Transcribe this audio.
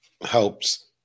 helps